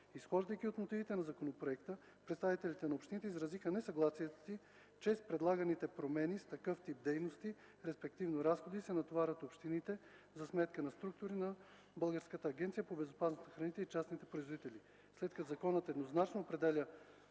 Изхождайки от мотивите на законопроекта, представителите на общините изразиха несъгласието си, че с предлаганите промени с такъв тип дейности, респективно разходи, се натоварват общините, за сметка на структури на Българската агенция по безопасност на храните и частните производители. След като законът еднозначно определя